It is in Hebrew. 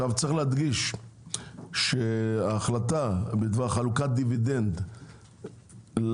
צריך להדגיש שההחלטה בדבר חלוקת דיבידנד לרשות,